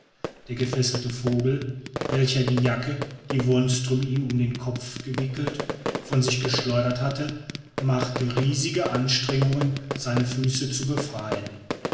der gefesselte vogel welcher die jacke die wonström ihm um den kopf gewickelt von sich geschleudert hatte machte riesige anstrengungen seine füße zu befreien